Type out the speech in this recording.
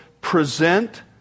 present